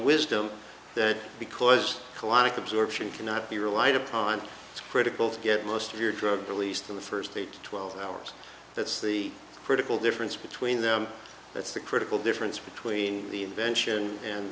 wisdom that because a lot of absorption cannot be relied upon it's critical to get most of your drug released in the first eight to twelve hours that's the critical difference between them that's the critical difference between the invention and